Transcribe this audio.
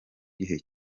gihe